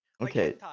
Okay